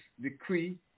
decree